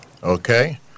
Okay